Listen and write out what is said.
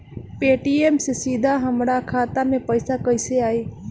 Paytm से सीधे हमरा खाता मे पईसा कइसे आई?